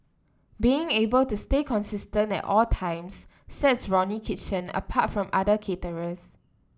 being able to stay consistent at all times sets Ronnie Kitchen apart from other caterers